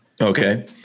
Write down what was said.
Okay